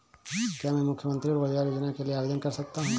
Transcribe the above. क्या मैं मुख्यमंत्री रोज़गार योजना के लिए आवेदन कर सकता हूँ?